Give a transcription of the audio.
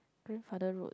grandfather road